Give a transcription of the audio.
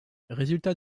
résultats